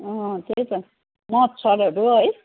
त्यही त मच्छडहरू है